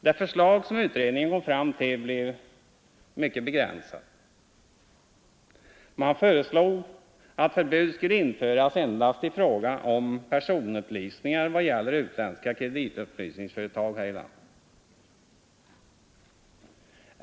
Det förslag som utredningen kom fram till blev mycket begränsat. Man föreslog att förbud skulle införas endast i fråga om personupplysningar vad gäller utländska kreditupplysningsföretag här i landet.